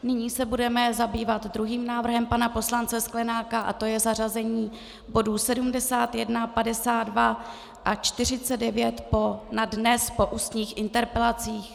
Nyní se budeme zabývat druhým návrhem pana poslance Sklenáka a to je zařazení bodů 71, 52 a 49 na dnes po ústních interpelacích.